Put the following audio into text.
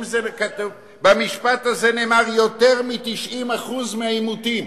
במשפט הזה נאמר "יותר מ-90% מהעימותים".